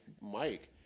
Mike